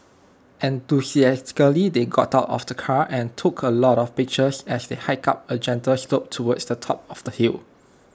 enthusiastically they got out of the car and took A lot of pictures as they hiked up A gentle slope towards the top of the hill